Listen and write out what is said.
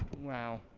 wow